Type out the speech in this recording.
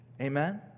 Amen